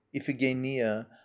iphigenia